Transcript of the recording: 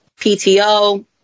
PTO